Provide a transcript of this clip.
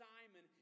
Simon